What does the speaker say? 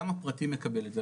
גם הפרטי מקבל את זה,